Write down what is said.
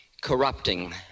corrupting